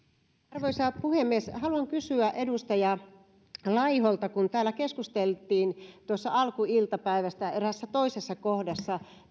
arvoisa puhemies haluan kysyä edustaja laiholta siitä kun täällä keskusteltiin tuossa alkuiltapäivästä eräässä toisessa kohdassa